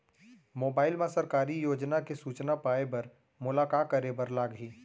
mobile मा सरकारी योजना के सूचना पाए बर मोला का करे बर लागही